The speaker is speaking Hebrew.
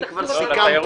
אני כבר סיכמתי.